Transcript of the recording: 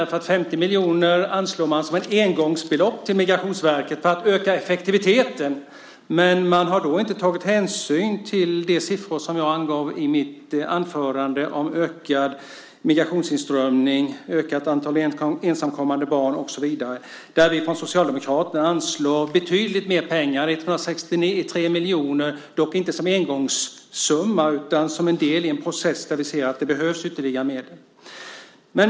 50 miljoner anslår man som ett engångsbelopp till Migrationsverket för att öka effektiviteten, men man har då inte tagit hänsyn till de siffror som jag angav i mitt anförande om ökad migrationsinströmning, ökat antal ensamkommande barn och så vidare. Vi från Socialdemokraterna anslår betydligt mer pengar, 167 miljoner mer, dock inte som engångssumma utan som en del i en process där vi ser att det behövs ytterligare medel.